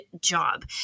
job